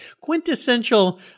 Quintessential